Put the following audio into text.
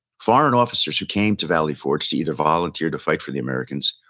foreign officers who came to valley forge to either volunteer to fight for the americans,